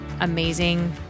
amazing